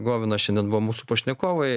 govina šiandien buvo mūsų pašnekovai